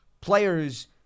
players